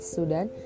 Sudan